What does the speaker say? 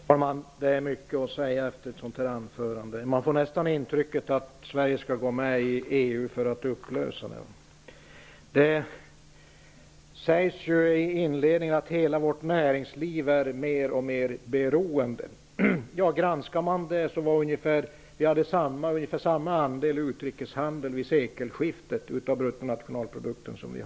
Herr talman! Det finns mycket att säga efter ett sådant här anförande. Man får nästan intrycket att Sverige skall gå med i EU för att upplösa det. I inledningen sägs det att hela vårt näringsliv är mer och mer beroende. Om man granskar påståendet finner man att Sverige vid sekelskiftet hade ungefär samma andel utrikeshandel av BNP som nu.